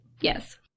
Yes